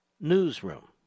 newsroom